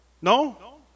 ¿No